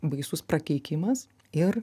baisus prakeikimas ir